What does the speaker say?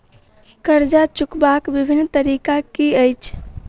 कर्जा चुकबाक बिभिन्न तरीका की अछि?